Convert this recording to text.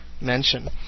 mention